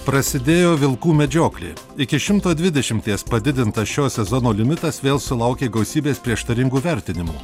prasidėjo vilkų medžioklė iki šimto dvidešimties padidintas šio sezono limitas vėl sulaukė gausybės prieštaringų vertinimų